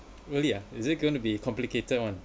really ah is it going to be complicated one